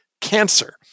cancer